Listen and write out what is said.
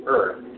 Earth